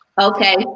Okay